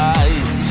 eyes